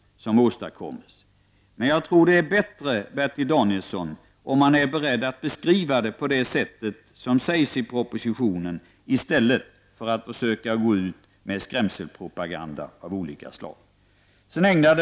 Men jag tror att det är bättre, Bertil Danielsson, att vara beredd att beskriva detta på det sätt som framgår av propositionen i stället för att försöka gå ut med skrämselpropaganda av olika slag.